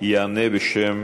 יענה בשם